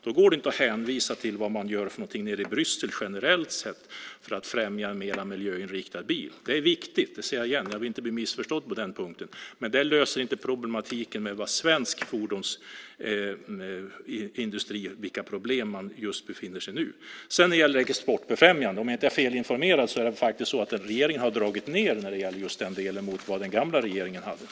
Då går det inte att hänvisa till vad som generellt görs i Bryssel för att främja en mer miljöinriktad bil. Det är viktigt - det säger jag gärna; jag vill inte bli missförstådd på den punkten - men det löser inte problematiken för svensk fordonsindustri i den situation med problem som den just nu befinner sig i. När det sedan gäller exportfrämjande åtgärder har regeringen, om jag inte är felinformerad, dragit ned anslaget i den delen i förhållande till den gamla regeringens anslag.